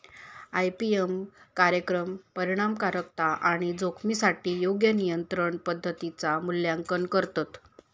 IPM कार्यक्रम परिणामकारकता आणि जोखमीसाठी योग्य नियंत्रण पद्धतींचा मूल्यांकन करतत